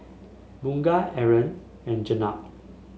Bunga Aaron and Jenab